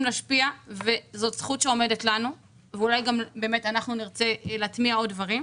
להשפיע וזאת זכות שעומדת לנו ואולי באמת אנחנו נרצה להטמיע עוד דברים,